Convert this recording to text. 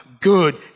good